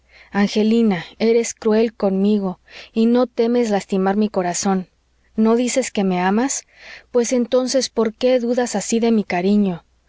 angelina eres cruel conmigo y no temes lastimar mi corazón no dices que me amas pues entonces por qué dudas así de mi cariño